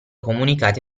comunicati